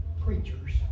preachers